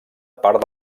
part